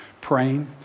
praying